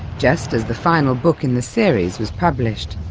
just as the final book in the series was published.